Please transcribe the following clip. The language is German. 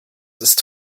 ist